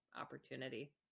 opportunity